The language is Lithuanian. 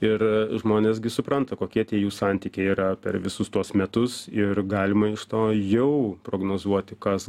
ir žmonės gi supranta kokie tie jų santykiai yra per visus tuos metus ir galima iš to jau prognozuoti kas